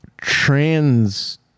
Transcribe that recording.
trans